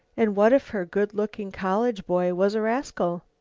and what if her good-looking college boy was a rascal?